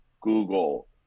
Google